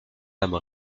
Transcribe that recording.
âme